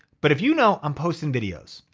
but if you know i'm posting videos,